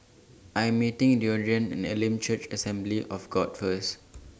I Am meeting Deondre At Elim Church Assembly of God First